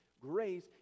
grace